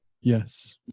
Yes